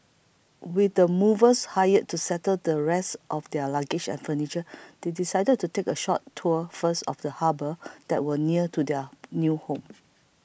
with the movers hired to settle the rest of their luggage and furniture they decided to take a short tour first of the harbour that was near to their new home